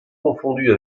confondus